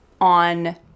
on